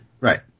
right